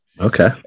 Okay